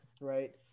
right